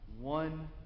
One